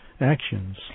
actions